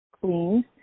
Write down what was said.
clean